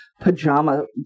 pajama